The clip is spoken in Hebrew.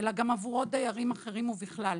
אלא גם עבור עוד דיירים אחרים ובכלל.